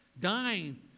dying